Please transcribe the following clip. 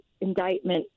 indictment